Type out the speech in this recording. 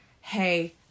hey